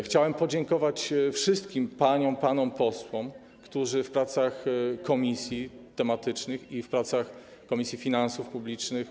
Chciałem podziękować wszystkim paniom i panom posłom, którzy uczestniczyli w pracach komisji tematycznych i w pracach Komisji Finansów Publicznych.